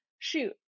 shoot